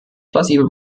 plausibel